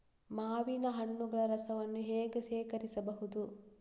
ಮಾವಿನ ಹಣ್ಣುಗಳ ರಸವನ್ನು ಹೇಗೆ ಶೇಖರಿಸಬಹುದು?